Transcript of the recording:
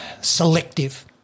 selective